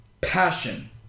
passion